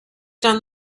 done